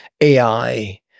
AI